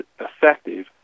effective